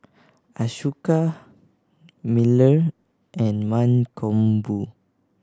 Ashoka Bellur and Mankombu